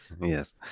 Yes